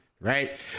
right